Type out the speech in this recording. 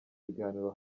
biganiro